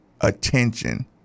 attention